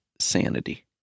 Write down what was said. sanity